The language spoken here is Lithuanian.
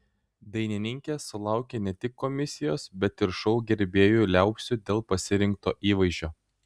dainininkė sulaukė ne tik komisijos bet ir šou gerbėjų liaupsių dėl pasirinkto įvaizdžio